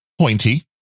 pointy